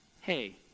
hey